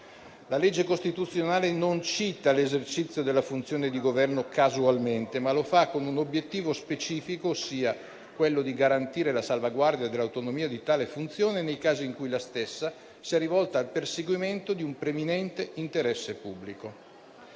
La legge costituzionale non cita l'esercizio della funzione di Governo casualmente, ma lo fa con un obiettivo specifico, ossia quello di garantire la salvaguardia dell'autonomia di tale funzione nei casi in cui la stessa sia rivolta al perseguimento di un preminente interesse pubblico.